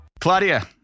Claudia